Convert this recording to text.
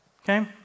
okay